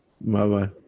Bye-bye